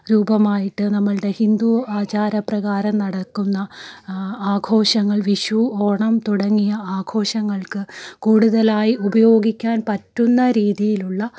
രൂപമായിട്ട് നമ്മളുടെ ഹിന്ദു ആചാരപ്രകാരം നടക്കുന്ന ആഘോഷങ്ങൾ വിഷു ഓണം തുടങ്ങിയ ആഘോഷങ്ങൾക്ക് കൂടുതലായി ഉപയോഗിക്കാൻ പറ്റുന്ന രീതിയിലുള്ള